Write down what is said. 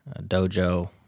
Dojo